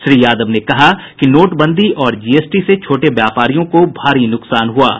श्री यादव ने कहा कि नोटबंदी और जीएसटी से छोटे व्यापरियों को भारी नुकसान हुआ है